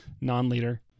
non-leader